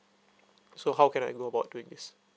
so how can I go about doing this